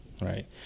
right